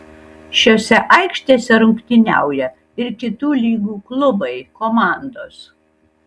šiose aikštėse rungtyniauja ir kitų lygų klubai komandos